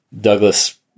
Douglas